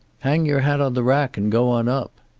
hang your hat on the rack and go on up.